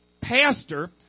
pastor